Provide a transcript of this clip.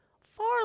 far